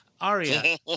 aria